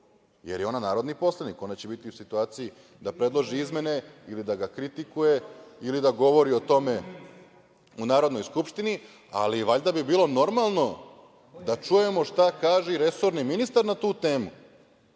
jer je ona narodni poslanik. Ona će biti u situaciji da predloži izmene ili da ga kritikuje ili da govori o tome u Narodnoj skupštini, ali valjda bi bilo normalno da čujemo šta kaže i resorni ministar na tu temu,